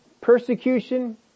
Persecution